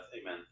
Amen